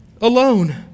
alone